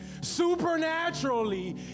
supernaturally